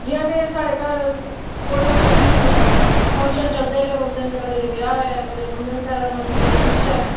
जि'यां के साढ़े घर कोई ना कोई फंक्शन चलदे गै रौंह्दे न कदें ब्याह ऐ कदें मुन्नन सेरामनी कदें किश ऐ